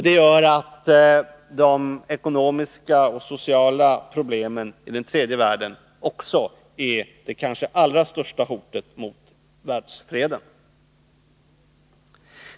Det gör också att de ekonomiska och sociala problemen i den tredje världen är det kanske allra största hotet mot världsfreden.